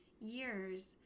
years